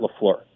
LaFleur